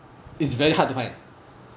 is very hard to find